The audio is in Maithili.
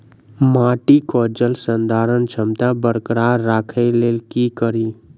माटि केँ जलसंधारण क्षमता बरकरार राखै लेल की कड़ी?